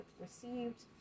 received